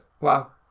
Wow